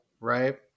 right